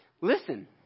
Listen